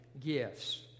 gifts